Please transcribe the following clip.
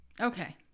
okay